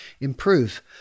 improve